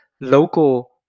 local